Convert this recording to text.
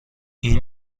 این